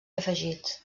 afegits